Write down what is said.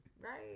Right